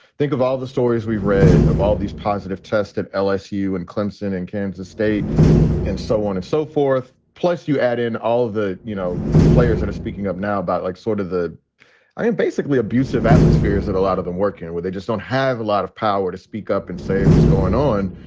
think of all the stories we've read of all these positive tests at lsu and clemson and kansas state and so on and so forth. plus, you add in all of the, you know, players that are speaking up now about like sort of the i am basically abusive atmosphere is that a lot of them work and where they just don't have a lot of power to speak up and say what's going on.